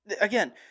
again